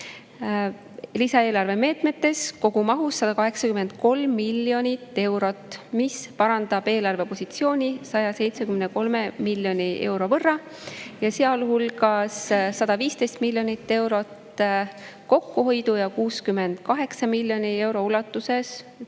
lisaeelarve meetmetes kogumahus 183 miljonit eurot, mis parandab eelarve positsiooni 173 miljoni euro võrra, sealhulgas 115 miljonit eurot kokkuhoidu ja 68 miljoni euro ulatuses täiendavaid